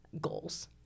goals